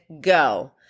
Go